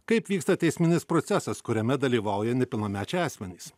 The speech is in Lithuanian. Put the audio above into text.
kaip vyksta teisminis procesas kuriame dalyvauja nepilnamečiai asmenys